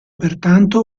pertanto